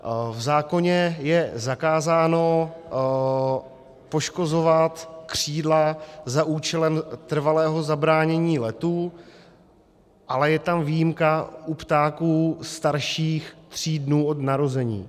V zákoně je zakázáno poškozovat křídla za účelem trvalého zabránění letu, ale je tam výjimka u ptáků starších tří dnů od narození.